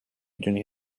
دونی